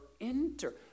enter